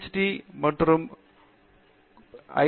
D பெற்றுக் கொண்டால் குறைந்த பட்சம் ஐ